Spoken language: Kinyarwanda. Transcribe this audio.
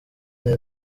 neza